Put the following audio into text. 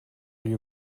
you